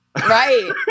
Right